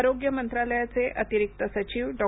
आरोग्य मंत्रालयाचे अतिरिक्त सचिव डॉ